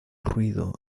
ruido